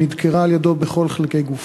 היא נדקרה בכל חלקי גופה.